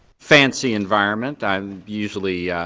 fancy environment, i'm usually